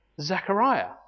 Zechariah